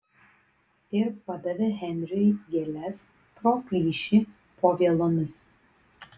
ir padavė henriui gėles pro plyšį po vielomis